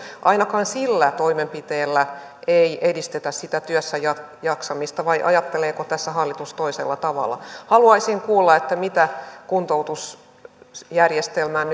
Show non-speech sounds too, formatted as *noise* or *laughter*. ainakaan sillä toimenpiteellä ei edistetä sitä työssäjaksamista vai ajatteleeko tässä hallitus toisella tavalla haluaisin kuulla mitä kuntoutusjärjestelmään *unintelligible*